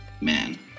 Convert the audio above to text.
Man